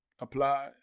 apply